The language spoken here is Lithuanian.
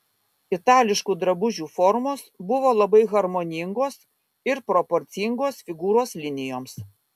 itališkų drabužių formos buvo labai harmoningos ir proporcingos figūros linijoms